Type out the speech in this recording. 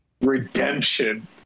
redemption